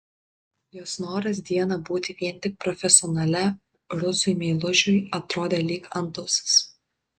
jos noras dieną būti vien tik profesionale rusui meilužiui atrodė lyg antausis